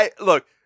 Look